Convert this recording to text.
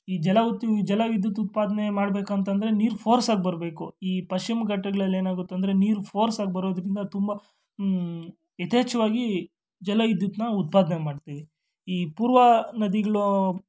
ಈ ಜಲ ಉದ್ಯು ಜಲ ವಿದ್ಯುತ್ ಉತ್ಪಾದನೆ ಮಾಡ್ಬೇಕು ಅಂತಂದರೆ ನೀರು ಫೋರ್ಸಾಗಿ ಬರಬೇಕು ಈ ಪಶ್ಚಿಮ ಗಟ್ಟಗ್ಳಲ್ಲಿ ಏನಾಗುತ್ತೆ ಅಂದರೆ ನೀರು ಫೋರ್ಸಾಗಿ ಬರೋದರಿಂದ ತುಂಬ ಯಥೇಚ್ಛವಾಗಿ ಜಲ ವಿದ್ಯುತ್ತನ್ನ ಉತ್ಪಾದನೆ ಮಾಡ್ತೀವಿ ಈ ಪೂರ್ವ ನದಿಗಳು